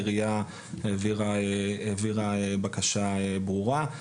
העירייה העבירה בקשה ברורה.